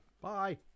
Bye